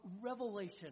revelation